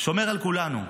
שומר על כולנו,